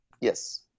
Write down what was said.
Yes